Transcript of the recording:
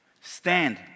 Stand